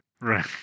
Right